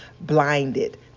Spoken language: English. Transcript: blinded